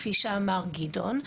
כפי שאמר גדעון,